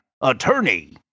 attorney